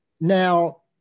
now